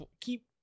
Keep